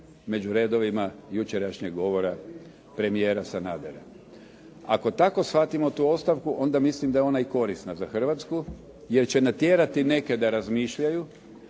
među redovima jučerašnjeg govora premijera Sanadera. Ako tako shvatimo tu ostavku onda mislim da je ona i korisna za Hrvatsku, jer će natjerati neke da razmišljaju,